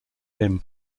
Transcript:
him